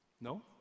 No